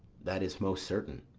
that is most certain.